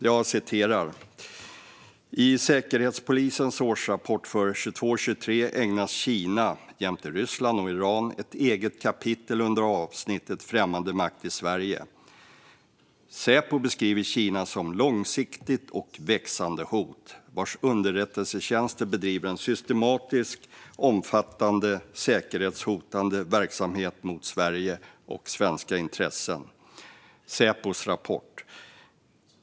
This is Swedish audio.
I artikeln står det: "I Säkerhetspolisens årsrapport för 2022/23 ägnas Kina ett eget kapitel under avsnittet Främmande makt i Sverige. Säpo beskriver Kina som 'ett långsiktigt och växande hot', vars underrättelsetjänster bedriver en systematisk och omfattande säkerhetshotande verksamhet mot Sverige och svenska intressen.